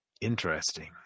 Interesting